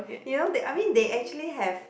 you know that I mean they actually have